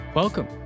Welcome